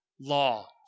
law